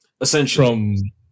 Essentially